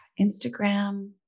Instagram